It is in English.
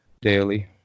daily